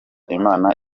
imana